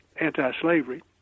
anti-slavery